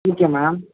okay ma'am